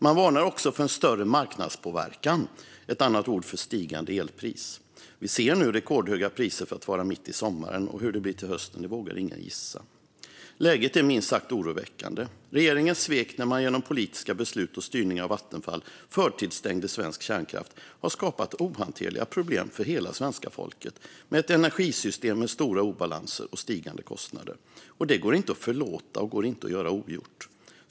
Man varnar också för en större marknadspåverkan, ett annat uttryck för stigande elpris. Vi ser nu priser som är rekordhöga för att vara mitt i sommaren, och hur det blir till hösten vågar ingen gissa. Läget är minst sagt oroväckande. Regeringens svek när man genom politiska beslut och styrning av Vattenfall förtidsstängde svensk kärnkraft har skapat ohanterliga problem för hela svenska folket med ett energisystem som har stora obalanser och stigande kostnader. Det går inte att förlåta och går inte att göra ogjort.